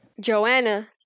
joanna